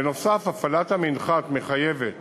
בנוסף, הפעלת המנחת מחייבת